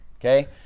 okay